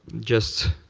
just